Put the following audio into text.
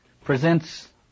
presents